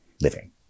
living